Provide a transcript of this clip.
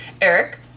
Eric